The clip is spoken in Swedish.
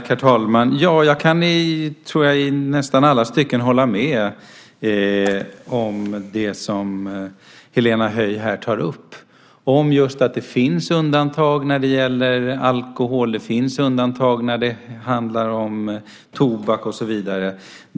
Herr talman! Jag kan i nästan alla stycken hålla med om det som Helena Höij tar upp. Det finns undantag när det gäller alkohol. Det finns undantag när det handlar om tobak, och så vidare.